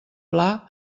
pla